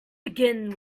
begin